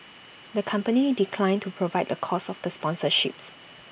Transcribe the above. the company declined to provide the cost of the sponsorships